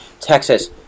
Texas